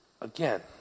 again